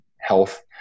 health